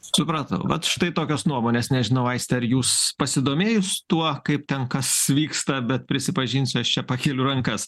supratau vat štai tokios nuomonės nežinau aiste ar jūs pasidomėjus tuo kaip ten kas vyksta bet prisipažinsiu aš čia pakeliu rankas